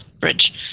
bridge